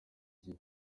gihe